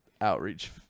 outreach